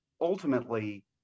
ultimately